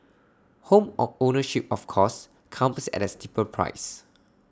home of ownership of course comes at A steeper price